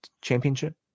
Championship